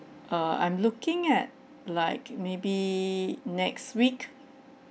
uh I'm looking at like maybe next week